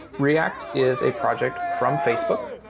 react is a project from facebook.